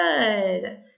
Good